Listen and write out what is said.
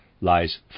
lies